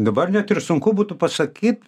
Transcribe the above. dabar net ir sunku būtų pasakyt